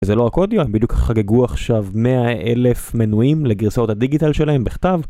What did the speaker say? וזה לא רק אודיו, הם בדיוק חגגו עכשיו 100,000 מנויים לגרסאות הדיגיטל שלהם בכתב.